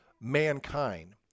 mankind